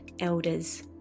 elders